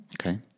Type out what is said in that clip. Okay